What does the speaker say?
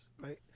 Right